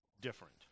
different